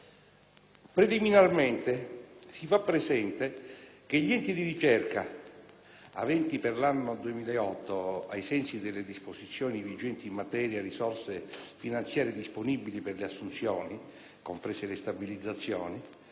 Preliminarmente si fa presente che gli enti di ricerca, aventi per l'anno 2008, ai sensi delle disposizioni vigenti in materia, risorse finanziarie disponibili per le assunzioni, comprese le stabilizzazioni,